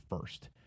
first